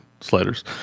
sliders